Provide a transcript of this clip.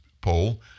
poll